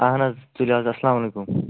اَہن حظ تُلِو حظ اَلسلام علیکُم